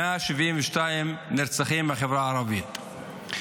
172 נרצחים בחברה הערבית.